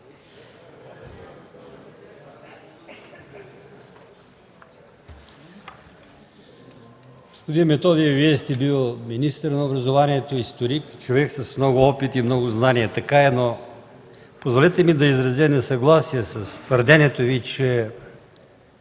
Господин Методиев, Вие сте бил министър на образованието, историк, човек с много опит и с много знания. Така е, но позволете ми да изразя несъгласие с твърдението Ви, че